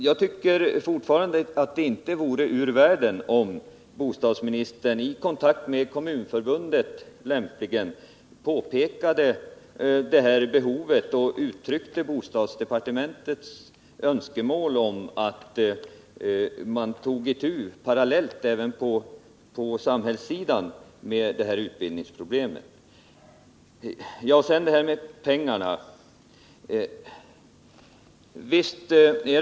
Jag tycker fortfarande att det vore värdefullt om bostadsministern — lämpligen i kontakt med Kommunförbundet — pekade på det här utbildningsbehovet och uttryckte bostadsdepartementets önskemål om att man på samhällssidan parallellt med annan utbildning tog itu med även det här utbildningsbehovet. Så till frågan om finansieringen.